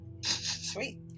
Sweet